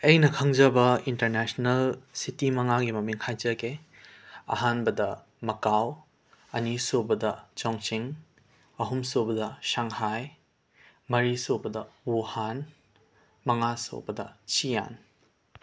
ꯑꯩꯅ ꯈꯪꯖꯕ international city ꯃꯉꯥꯒꯤ ꯃꯃꯤꯡ ꯍꯥꯏꯖꯒꯦ ꯑꯍꯥꯟꯕꯗ ꯃꯀꯥꯎ ꯑꯅꯤꯁꯨꯕꯗ ꯆꯣꯡꯆꯤꯡ ꯑꯍꯨꯝꯁꯕꯗ ꯁꯥꯡꯍꯥꯏ ꯃꯔꯤꯁꯨꯕꯗ ꯋꯨꯍꯥꯟ ꯃꯉꯥꯁꯨꯕꯗ ꯁꯤꯌꯥꯟ